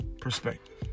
perspective